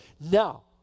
Now